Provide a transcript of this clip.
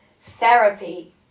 therapy